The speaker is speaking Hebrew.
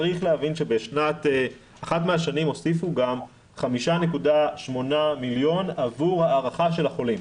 צריך להבין שבאחת מהשנים הוסיפו גם 5.8 מיליון עבור הערכה של החולים,